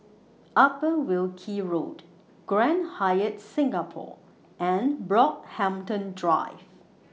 Upper Wilkie Road Grand Hyatt Singapore and Brockhampton Drive